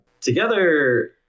Together